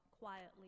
quietly